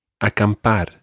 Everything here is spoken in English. Acampar